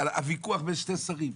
על הוויכוח בין שני שרים.